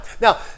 Now